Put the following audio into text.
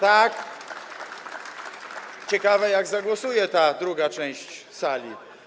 Tak, ciekawe, jak zagłosuje ta druga część sali.